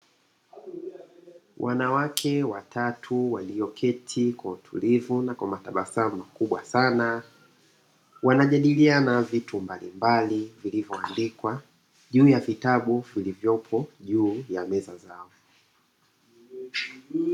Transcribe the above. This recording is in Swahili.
Wanawake watatu walioketi kwa utulivu na kwa matabasamu makubwa sana. Wanajadiliana vitu mbalimbali vilivyoandikwa juu ya vitabu vilivyopo juu ya meza zao.